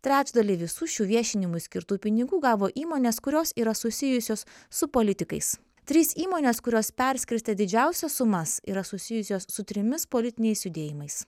trečdalį visų šių viešinimui skirtų pinigų gavo įmonės kurios yra susijusios su politikais trys įmonės kurios perskirstė didžiausias sumas yra susijusios su trimis politiniais judėjimais